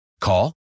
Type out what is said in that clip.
Call